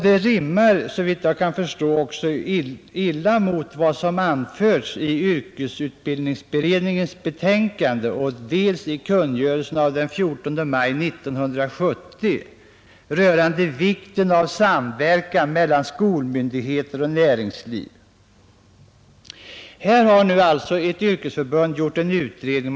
Det rimmar också illa med vad som anförts i yrkesutbildningsberedningens betänkande och kungörelsen av den 14 maj 1970 rörande vikten av samverkan mellan skolmyndigheter och näringsliv. Här har nu alltså ett yrkesförbund gjort en utredning.